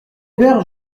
vers